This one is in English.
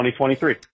2023